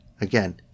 again